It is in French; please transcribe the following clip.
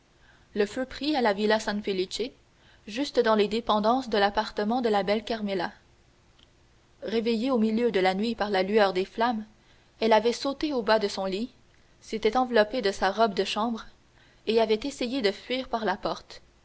le feu prit à la villa san felice juste dans les dépendances de l'appartement de la belle carmela réveillée au milieu de la nuit par la lueur des flammes elle avait sauté au bas de son lit s'était enveloppée de sa robe de chambre et avait essayé de fuir par la porte